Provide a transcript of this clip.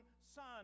Son